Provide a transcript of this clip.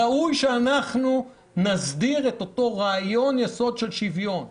ראוי שנסדיר את אותו רעיון יסוד של שוויון,